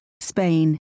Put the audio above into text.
Spain